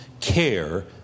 care